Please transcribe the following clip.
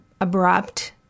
abrupt